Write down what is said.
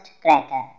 cracker